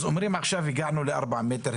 אז אומרים: עכשיו הגענו לארבעה מטרים,